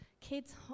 kids